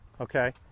okay